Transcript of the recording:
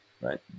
Right